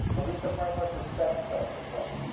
aretha franklin's respect starts to play.